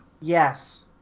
Yes